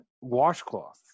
washcloth